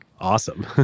awesome